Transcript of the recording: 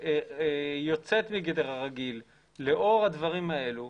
יוצאת גדר הרגיל לאור הדברים האלה,